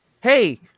hey